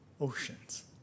Oceans